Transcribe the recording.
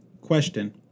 Question